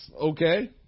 okay